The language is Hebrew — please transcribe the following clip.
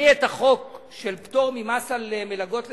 אני את החוק של פטור ממס על מלגות לסטודנטים,